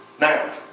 now